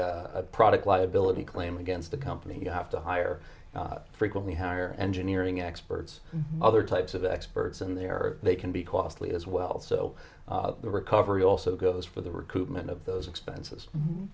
a product liability claim against the company you have to hire frequently hire engineering experts other types of experts in there or they can be costly as well so the recovery also goes for the recruitment of those expenses